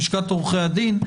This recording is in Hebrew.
את לשכת עורכי בידן,